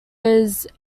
his